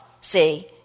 see